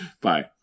Bye